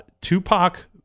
Tupac